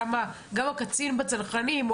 גם קצין בצנחנים,